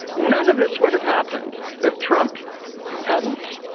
none of this would have happened if trump hadn't.